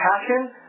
passion